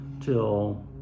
till